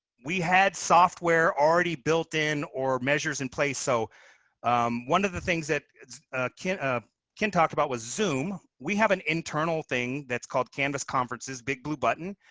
we had software already built-in or measures in place. so one of the things that ken ah ken talked about was zoom. we have an internal thing that's called canvas conferences bigbluebutton.